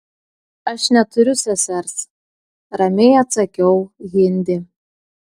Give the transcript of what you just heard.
aš neturiu sesers ramiai atsakiau hindi